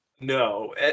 No